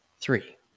Three